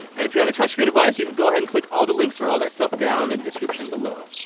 and if you're on a touchscreen device, you can go ahead and click all the links for all that stuff down in the description below.